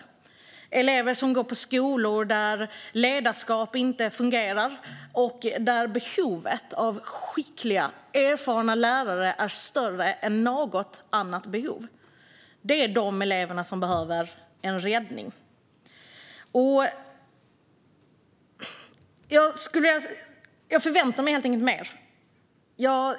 Det är elever som går på skolor där ledarskapet inte fungerar och där behovet av skickliga, erfarna lärare är större än något annat. Det är de eleverna som är i behov av räddning. Jag förväntar mig helt enkelt mer.